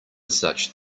such